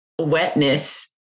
wetness